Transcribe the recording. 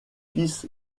fils